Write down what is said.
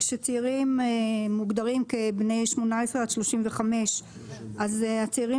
כשצעירים מוגדרים כבני 18 עד 35. אז הצעירים